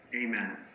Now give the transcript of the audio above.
Amen